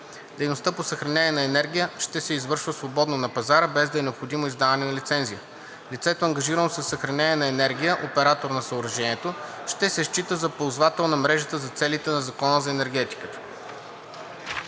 Дейността по съхранение на енергия ще се извършва свободно на пазара, без да е необходимо издаване на лицензия. Лицето, ангажирано със съхранение на енергия (оператор на съоръжението), ще се счита за ползвател на мрежата за целите на Закона за енергетиката.